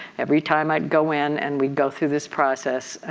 every time i'd go in and we'd go through this process.